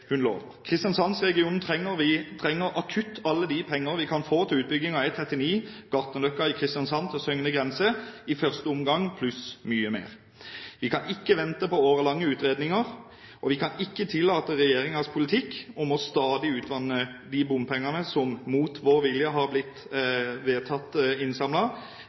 trenger akutt alle de penger vi kan få til utbygging av E39, Gartnerløkka i Kristiansand til Søgne grense i første omgang, pluss mye mer. Vi kan ikke vente på årelange utredninger, og vi kan ikke tillate regjeringens politikk om stadig å utvanne de bompengene som mot vår vilje har blitt vedtatt